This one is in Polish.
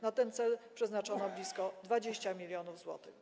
Na ten cel przeznaczono blisko 20 mln zł.